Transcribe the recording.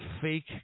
fake